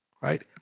right